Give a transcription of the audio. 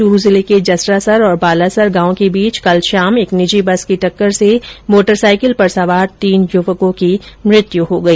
चूरू जिले के जसरासर और बालासर गांव के बीच कल शाम एक निजी बस की टक्कर से मोटरसाइकिल पर सवार तीन युवकों की मौत हो गई